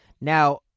Now